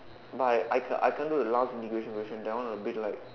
but I I can't I can't do the last immigration question that one a bit like